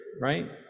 right